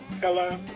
Hello